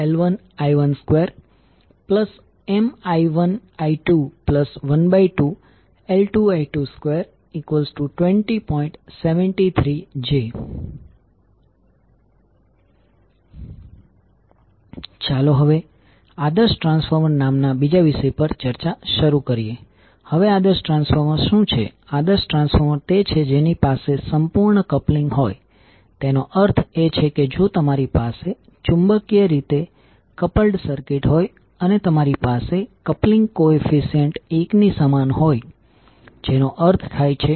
હવે ચાલો પહેલા ડોટ કન્વેશન સમજીએ જો કરંટ કોઇલના ડોટેડ ટર્મિનલમાં પ્રવેશ કરે તો બીજી કોઇલના મ્યુચ્યુઅલ વોલ્ટેજની સંદર્ભ પોલેરિટી બીજા કોઇલના ડોટેડ ટર્મિનલ પર પોઝીટીવ છે